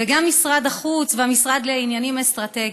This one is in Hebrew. וגם משרד החוץ והמשרד לעניינים אסטרטגיים,